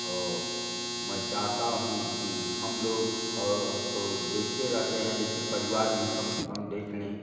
औ मैं चाहता हूँ कि हम लोग और अब तो देखते रहते हैं लेकिन परिवार भी कम से कम देख लें